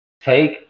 Take